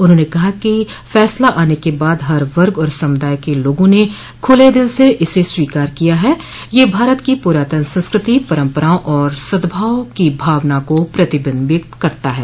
उन्होंने कहा कि फैसला आने के बाद हर वर्ग और समुदाय के लोगों ने खुले दिल से इसे स्वीकार किया है यह भारत की पुरातन संस्कृति परपराओं और सद्भाव की भावना को प्रतिविम्बित करता है